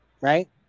right